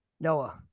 Noah